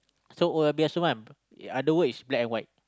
so oh-yeah-peh-yah-som kan other word is black and white